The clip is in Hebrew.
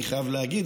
אני כן חייב להגיד,